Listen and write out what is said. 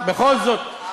בכל זאת,